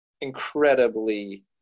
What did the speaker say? incredibly